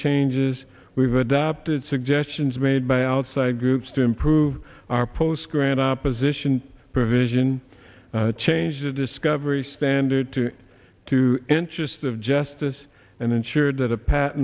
changes we've adopted suggestions made by outside groups to improve our post grad opposition provision change the discovery standard to two interests of justice and ensure that a p